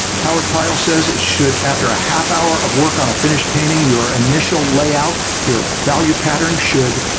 howard pyle says it should after a half hour of work on a finished painting, your initial layout, your value pattern should